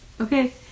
Okay